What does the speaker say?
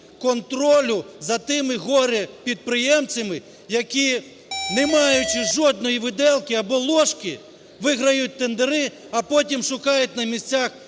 контролю за тими горе-підприємцями, які не маючи жодної виделки або ложки, виграють тендери, а потім шукають на місцях